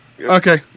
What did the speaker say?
Okay